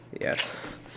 yes